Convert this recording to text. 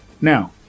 Now